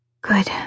Good